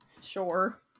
sure